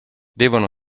devono